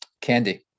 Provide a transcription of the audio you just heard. Candy